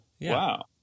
Wow